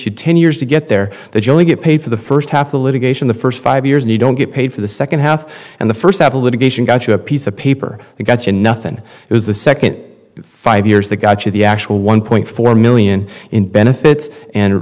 you ten years to get there that you only get paid for the first half the litigation the first five years and you don't get paid for the second half and the first litigation got you a piece of paper and got nothing it was the second five years that got you the actual one point four million in benefit and